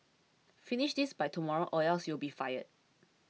finish this by tomorrow or else you'll be fired